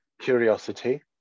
curiosity